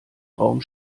raum